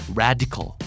radical